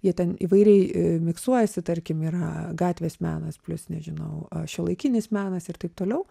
jie ten įvairiai miksuojasi tarkim yra gatvės menas plius nežinau šiuolaikinis menas ir taip toliau